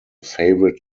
favourite